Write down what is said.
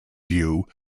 view